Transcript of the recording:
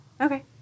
Okay